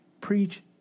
Preach